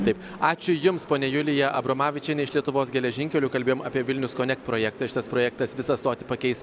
taip ačiū jums ponia julija abromavičienė iš lietuvos geležinkelių kalbėjom apie vilniaus konekt projektą šitas projektas visą stotį pakeis